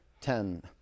ten